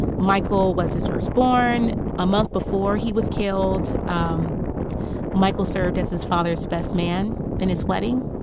michael was his first born. a month before he was killed, um michael served as his father's best man in his wedding.